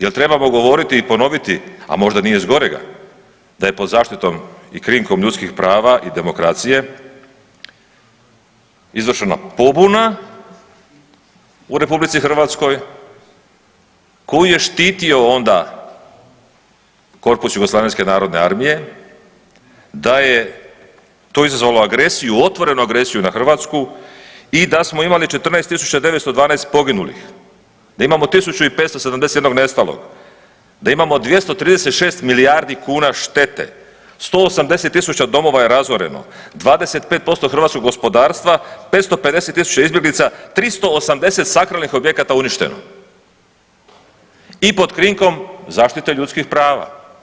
Jel trebamo govoriti i ponoviti, a možda nije s gorega da je pod zaštitom i krinkom ljudskih prava i demokracije izvršena pobuna u RH koju je štitio onda korpus JNA da je to izazvalo agresiju, otvorenu agresiju na Hrvatsku i da smo imali 14.912 poginulih, da imamo 1.571 nestalog, da imamo 236 milijardi kuna štete, 180.000 domova je razoreno, 25% hrvatskog gospodarstva, 550.000 izbjeglica, 380 sakralnih objekata uništeno i pod krinkom zaštite ljudskih prava.